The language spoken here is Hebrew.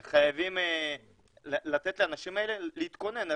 אנחנו כן חייבים לתת לאנשים האלה להתכונן.